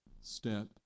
step